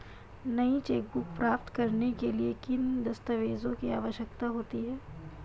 नई चेकबुक प्राप्त करने के लिए किन दस्तावेज़ों की आवश्यकता होती है?